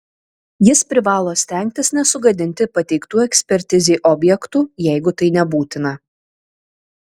jis privalo stengtis nesugadinti pateiktų ekspertizei objektų jeigu tai nebūtina